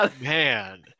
man